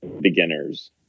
Beginners